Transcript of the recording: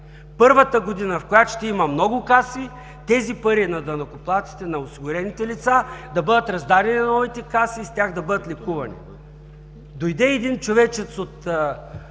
Първата година, в която ще има много каси, тези пари – на данъкоплатците, на осигурените лица, да бъдат раздадени на новите каси и с тях да бъдат лекувани. Дойде един човечец от